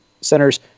centers